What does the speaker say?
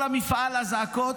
כל המפעל אזעקות.